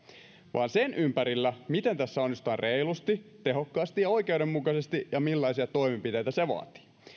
vaan sen ympärillä miten tässä onnistutaan reilusti tehokkaasti ja oikeudenmukaisesti ja millaisia toimenpiteitä se vaatii